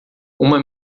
uma